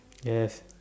yes